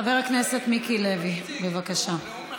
חבר הכנסת מיקי לוי, בבקשה.